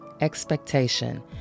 expectation